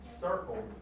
circle